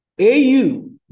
AU